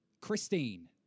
Christine